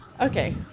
Okay